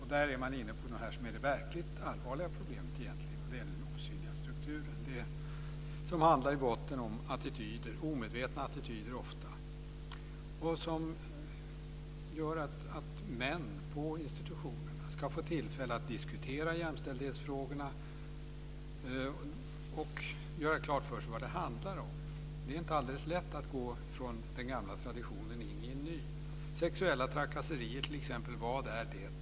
Här är det verkligt allvarliga problemet, nämligen den osynliga strukturen, i botten ofta omedvetna attityder. Män på institutionerna ska få tillfälle att diskutera jämställdhetsfrågorna och göra klart för sig vad det handlar om. Det är inte alldeles lätt att gå från den gamla traditionen in i en ny. Vad är t.ex. sexuella trakasserier?